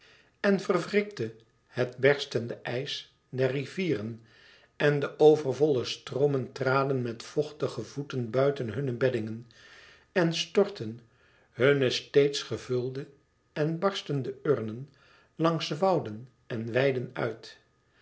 en verwrikte het berstende ijs der rivieren en de overvolle stroomen traden met vochtige voeten buiten hunne beddingen en stortten hunne steeds gevulde en barstende urnen langs wouden en weiden uit